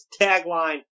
Tagline